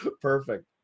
Perfect